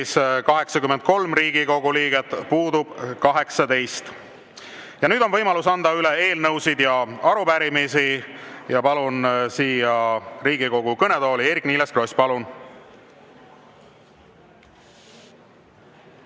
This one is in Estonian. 83 Riigikogu liiget, puudub 18. Nüüd on võimalus anda üle eelnõusid ja arupärimisi. Palun siia Riigikogu kõnetooli Eerik‑Niiles Krossi. Palun!